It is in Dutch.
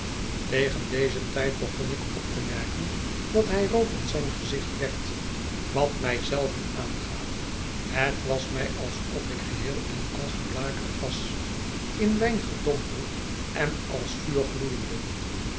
tegen dezen tijd begon ik op te merken dat hij rood in zijn gezicht werd wat mij zelven aangaat het was mij alsof ik geheel en al geblakerd was in wijn gedompeld en als vuur gloeiende